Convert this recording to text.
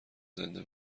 زنده